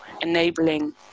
enabling